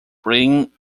breeding